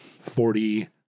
Forty